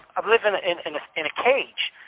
i'm livin' ah in and in a cage.